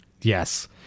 Yes